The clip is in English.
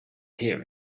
here